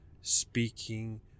speaking